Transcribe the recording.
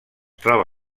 troba